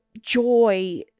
joy